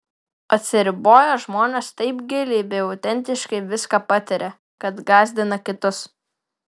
atsiriboję žmonės taip giliai bei autentiškai viską patiria kad gąsdina kitus